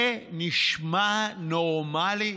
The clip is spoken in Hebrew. זה נשמע נורמלי?